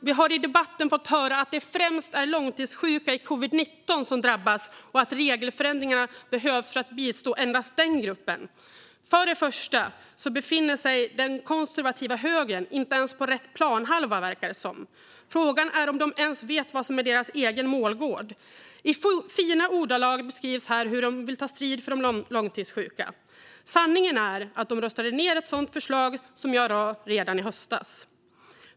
Vi har i debatten fått höra att det främst är långtidssjuka i covid-19 som drabbas och att regelförändringarna behövs för att bistå endast den gruppen. För det första befinner sig den konservativa högern inte ens på rätt planhalva, verkar det som. Frågan är om de ens vet vad som är deras egen målgård. I fina ordalag beskrivs här hur de vill ta strid för de långtidssjuka. Sanningen är att de röstade ned ett sådant förslag som jag lade fram redan i höstas.